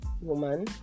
woman